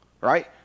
right